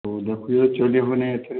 ହଉ ଦେଖିଲେ ଚଲିବନି ଏଥିରେ